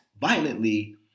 violently